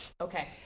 Okay